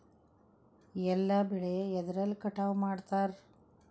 ಎಲ್ಲ ಬೆಳೆ ಎದ್ರಲೆ ಕಟಾವು ಮಾಡ್ತಾರ್?